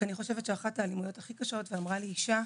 אני חושבת שאחת מסוגי האלימות הכי קשות ואת זה אמרה לי אישה,